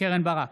קרן ברק,